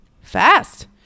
Fast